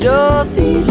Dorothy